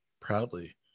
proudly